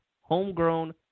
homegrown